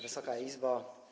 Wysoka Izbo!